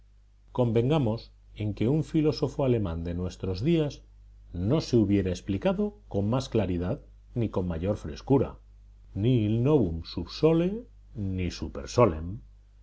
convengamos en que un filósofo alemán de nuestros días no se hubiera explicado con más claridad ni con mayor frescura nihil novum sub sole ni super